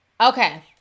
Okay